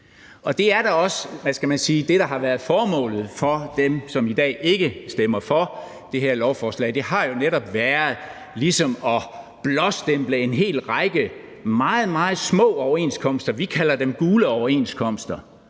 det, der har været formålet for dem, som i dag ikke stemmer for det her lovforslag, har jo ligesom været at blåstemple en hel række meget, meget små overenskomster – vi kalder dem gule overenskomster